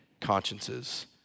consciences